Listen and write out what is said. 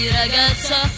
ragazza